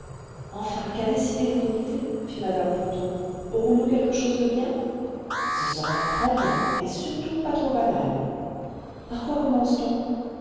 enfin qu'a décidé le comité fit mmc ponto aurons-nous quelque chose de bien ce sera très bien et surtout pas trop banal par quoi commence t on